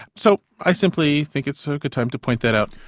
so i simply think it's so like a time to point that out.